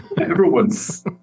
everyone's